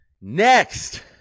Next